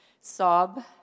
sob